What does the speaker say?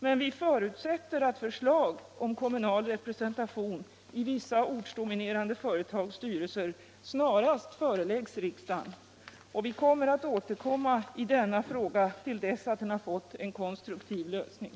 Men vi förutsätter att förslag om kommunal representation i vissa ortsdominerande företags styrelser snarast föreläggs riksdagen. Och vi kommer att återkomma i denna fråga till dess att den fått en konstruktiv lösning.